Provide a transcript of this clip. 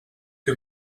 que